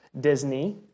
Disney